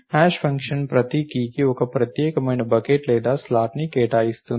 hash function ప్రతి కీని ఒక ప్రత్యేకమైన బకెట్ లేదా స్లాట్కి కేటాయిస్తుంది